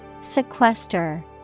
Sequester